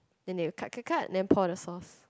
then they will cut cut cut then they will pour the sauce